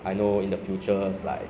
ya the speaking skills is quite good lah